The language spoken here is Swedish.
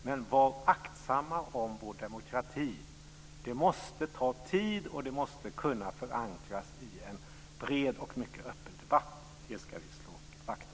Men var aktsamma om vår demokrati! Det måste ta tid och det måste kunna förankras i en bred och mycket öppen debatt. Det ska vi slå vakt om.